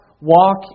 walk